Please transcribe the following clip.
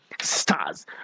stars